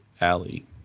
alley